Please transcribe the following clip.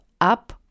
up